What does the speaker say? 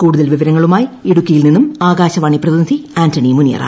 കൂടുതൽ വിവരങ്ങളുമായി ഇടുക്കിയിൽ നിന്നും ആകാശവാണി പ്രതിനിധി ആന്റണി മുനിയറ